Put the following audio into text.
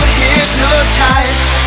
hypnotized